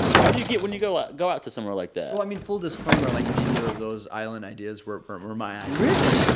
what do you get when you go ah go out to somewhere like that? well, i mean, full disclaimer, like, neither of those island ideas were were my ideas um really?